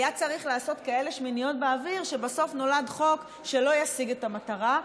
היה צריך לעשות כאלה שמיניות באוויר שבסוף נולד חוק שלא ישיג את המטרה.